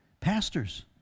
Pastors